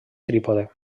trípode